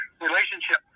relationship